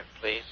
please